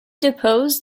deposed